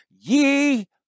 ye